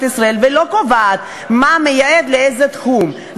ישראל ולא קובעת מה מיועד לאיזה תחום.